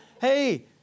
hey